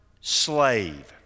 slave